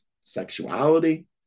sexuality